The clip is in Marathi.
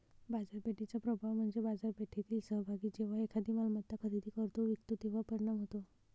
बाजारपेठेचा प्रभाव म्हणजे बाजारपेठेतील सहभागी जेव्हा एखादी मालमत्ता खरेदी करतो व विकतो तेव्हा परिणाम होतो